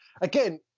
again